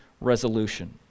Resolution